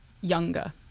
younger